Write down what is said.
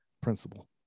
principle